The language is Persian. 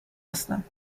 هستند